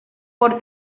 por